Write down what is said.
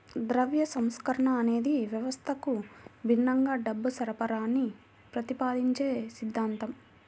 ద్రవ్య సంస్కరణ అనేది వ్యవస్థకు భిన్నంగా డబ్బు సరఫరాని ప్రతిపాదించే సిద్ధాంతం